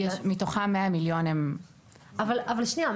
מתוכם 100 מיליון הם --- אבל שנייה.